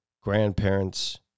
grandparents